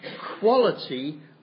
quality